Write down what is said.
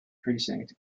precinct